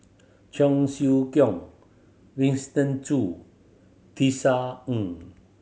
Cheong Siew Keong Winston Choo Tisa Ng